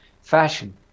fashion